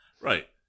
Right